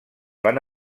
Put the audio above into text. van